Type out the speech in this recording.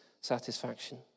satisfaction